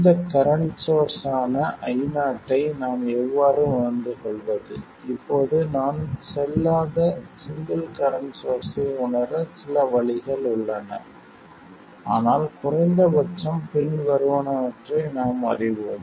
இந்த current source ஆன Io ஐ நாம் எவ்வாறு உணர்ந்து கொள்வது இப்போது நான் செல்லாத சிங்கிள் கரண்ட் சோர்ஸ்ஸை உணர சில வழிகள் உள்ளன ஆனால் குறைந்த பட்சம் பின்வருவனவற்றை நாம் அறிவோம்